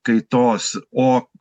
kaitos o